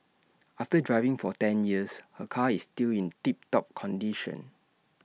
after driving for ten years her car is still in tip top condition